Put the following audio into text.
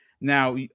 Now